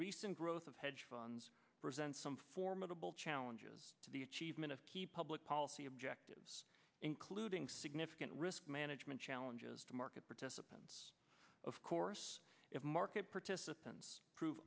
recent growth of hedge funds presents some formidable challenges to the achievement of key public policy objectives including significant risk management challenges to market participants of course if market participants prove